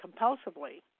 compulsively